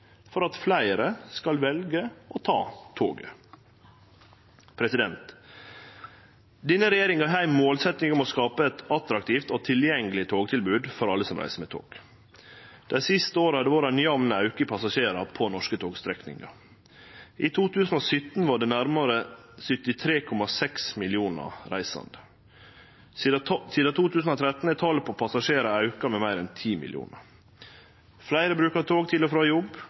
for at fleire skal velje å ta toget. Denne regjeringa har ei målsetjing om å skape eit attraktivt og tilgjengeleg togtilbod for alle som reiser med tog. Dei siste åra har det vore ein jamn auke i talet på passasjerar på norske togstrekningar. I 2017 var det nærare 73,6 millionar reisande. Sidan 2013 har talet på passasjerar auka med meir enn 10 millionar. Fleire brukar tog til og frå jobb